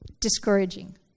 discouraging